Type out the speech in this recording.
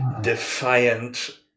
defiant